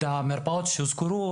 המרפאות שהוזכרו,